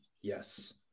Yes